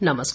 नमस्कार